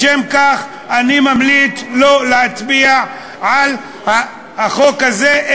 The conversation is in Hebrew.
בשל כך אני ממליץ שלא להצביע על החוק הזה,